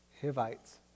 Hivites